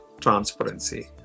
transparency